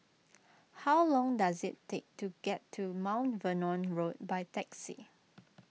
how long does it take to get to Mount Vernon Road by taxi